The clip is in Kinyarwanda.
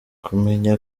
kumenya